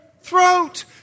throat